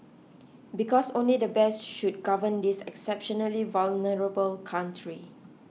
because only the best should govern this exceptionally vulnerable country